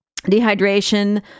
Dehydration